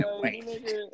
wait